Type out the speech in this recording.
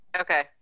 Okay